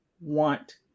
want